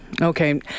Okay